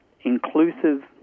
inclusive